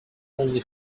only